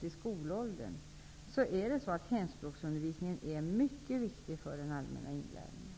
i skolåldern är hemspråksundervisningen mycket viktig för den allmänna inlärningen.